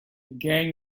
gang